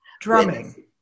drumming